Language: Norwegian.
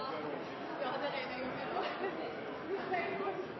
Ja, det